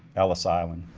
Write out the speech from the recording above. ellis island.